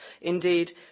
Indeed